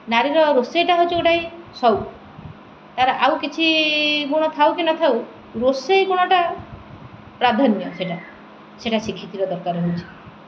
ନାରୀର ରୋଷେଇଟା ହେଉଛି ଗୋଟାଏ ସଉକ ତାର ଆଉ କିଛି ଗୁଣ ଥାଉ କି ନଥାଉ ରୋଷେଇ ଗୁଣଟା ପ୍ରାଧାନ୍ୟ ସେଟା ସେଟା ଶିଖିଥିବା ଦରକାର ହେଉଛି